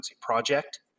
project